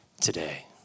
today